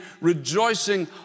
rejoicing